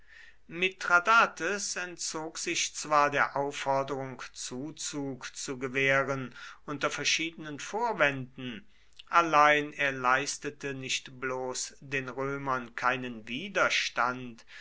mithradates entzog sich zwar der aufforderung zuzug zu gewähren unter verschiedenen vorwänden allein er leistete nicht bloß den römern keinen offenen widerstand